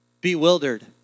Bewildered